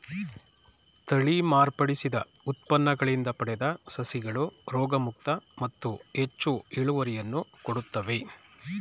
ತಳಿ ಮಾರ್ಪಡಿಸಿದ ಉತ್ಪನ್ನಗಳಿಂದ ಪಡೆದ ಸಸಿಗಳು ರೋಗಮುಕ್ತ ಮತ್ತು ಹೆಚ್ಚು ಇಳುವರಿಯನ್ನು ಕೊಡುತ್ತವೆ